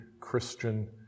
Christian